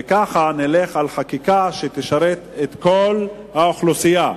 וכך נלך על חקיקה שתשרת את כל האוכלוסייה.